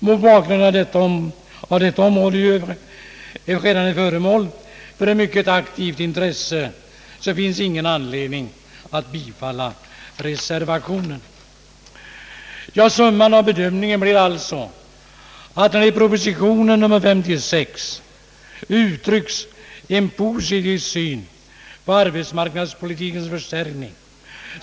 Mot bakgrunden av att detta område redan är föremål för ett mycket aktivt intresse finns det emellertid ingen anledning att bifalla reservationen. Summan av bedömningen blir alltså den att proposition nr 56 uttrycker en positiv syn på arbetsmarknadspolitikens förstärkning.